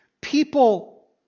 People